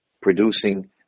producing